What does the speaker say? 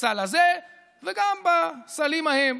בסל הזה וגם בסלים ההם,